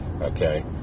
okay